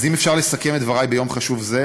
אז אם אפשר לסכם את דבריי ביום חשוב זה,